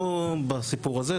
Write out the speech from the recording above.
לא בסיפור הזה,